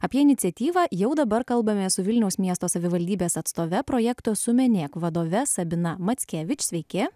apie iniciatyvą jau dabar kalbamės su vilniaus miesto savivaldybės atstove projekto sumenėk vadove sabina mackevič sveiki